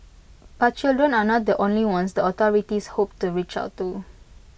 but children are not the only ones the authorities hope to reach out to